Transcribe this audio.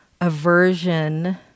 aversion